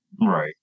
Right